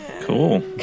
Cool